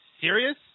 serious